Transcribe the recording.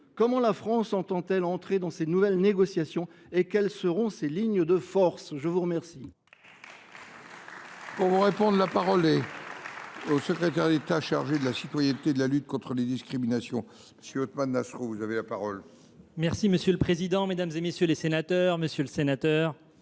Comment la France entend elle entrer dans ces nouvelles négociations et quelles seront ses lignes de force ? La parole